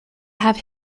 have